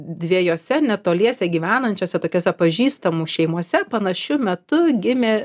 dviejose netoliese gyvenančiose tokiose pažįstamų šeimose panašiu metu gimė